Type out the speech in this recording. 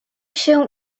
się